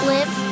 Live